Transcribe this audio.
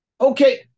Okay